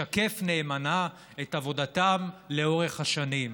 משקף נאמנה את עבודתם לאורך השנים.